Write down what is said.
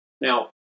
Now